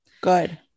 Good